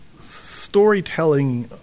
Storytelling